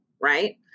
right